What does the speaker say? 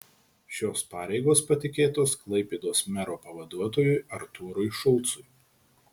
šios pareigos patikėtos klaipėdos mero pavaduotojui artūrui šulcui